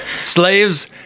Slaves